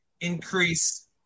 increase